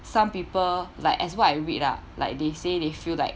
some people like as what I read ah like they say they feel like